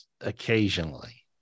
occasionally